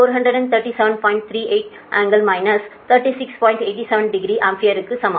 87 டிகிரிஆம்பியருக்கு சமம்